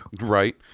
right